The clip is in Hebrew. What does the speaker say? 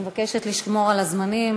אני מבקשת לשמור על הזמנים.